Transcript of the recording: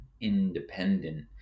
independent